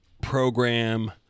program